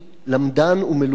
למדן ומלומד,